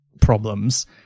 problems